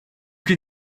can